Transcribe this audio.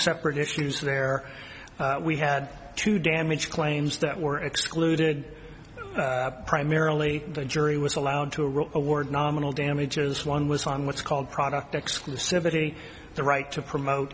separate issues there we had to damage claims that were excluded primarily the jury was allowed to rule award nominal damages one was on what's called product exclusivity the right to promote